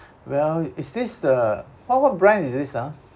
well is this the from what brand is this ah